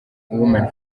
women